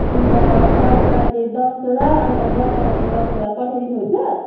अन्त लालुपाते दसवटा अन्त गोदावरी दसवटा पठाई दिनुहुन्छ